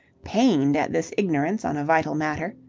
pained at this ignorance on a vital matter.